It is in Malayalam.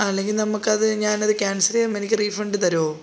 അല്ലെങ്കിൽ നമുക്കത് ഞാൻ അത് കാൻസൽ ചെയ്യുമ്പോൾ എനിക്ക് റീഫണ്ട് തരുമോ